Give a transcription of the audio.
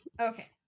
okay